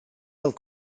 fel